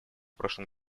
прошлом